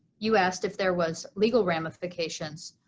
you asked if there was legal ramifications.